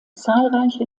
zahlreiche